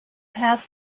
path